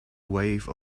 wave